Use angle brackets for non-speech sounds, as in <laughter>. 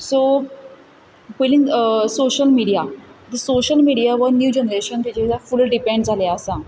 so पयली social media आतां social media वो न्यू जनरेशन <unintelligible> फूल डिपॅण जालें आसा